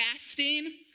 fasting